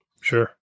sure